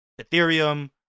Ethereum